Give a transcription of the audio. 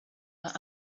are